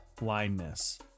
blindness